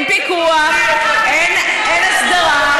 אין פיקוח, אין הסדרה.